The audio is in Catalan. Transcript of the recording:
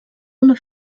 una